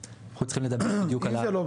אנחנו צריכים לדבר בדיוק על --- אם זה לא,